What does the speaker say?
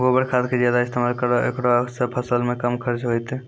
गोबर खाद के ज्यादा इस्तेमाल करौ ऐकरा से फसल मे कम खर्च होईतै?